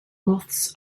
moths